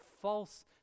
false